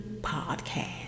Podcast